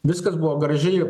viskas buvo gražiai